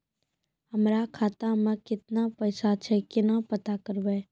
हमरा खाता मे केतना पैसा छै, केना पता करबै?